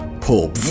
Pull